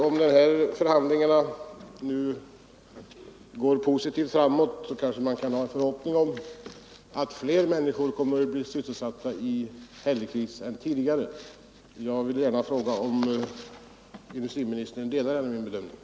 Om dessa förhandlingar får ett positivt resultat kanske man kan hoppas att flera människor kommer att bli sysselsatta i Hällekis än tidigare. Jag vill gärna fråga om industriministern delar den bedömningen.